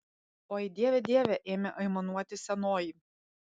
oi dieve dieve ėmė aimanuoti senoji